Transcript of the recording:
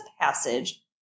passage